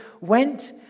went